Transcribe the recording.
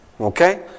okay